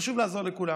חשוב לעזור לכולם.